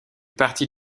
partie